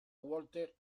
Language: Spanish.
walter